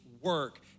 work